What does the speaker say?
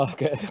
Okay